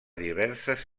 diverses